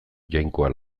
jainkoa